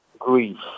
grief